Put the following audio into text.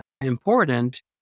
important